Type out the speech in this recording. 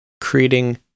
creating